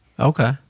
Okay